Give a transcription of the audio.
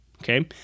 okay